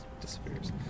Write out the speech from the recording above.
disappears